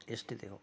ಎಷ್ಟಿದೆಯೋ